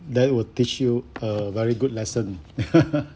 then will teach you a very good lesson